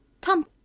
Tom